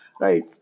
right